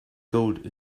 gold